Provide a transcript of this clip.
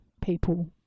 people